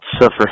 suffer